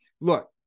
Look